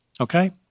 Okay